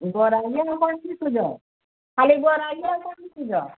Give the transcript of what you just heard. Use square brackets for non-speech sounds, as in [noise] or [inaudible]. ବରା [unintelligible] ବିକୁଛ ଖାଲି ବରା ଆଜ୍ଞା [unintelligible] ବିକୁଛ